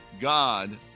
God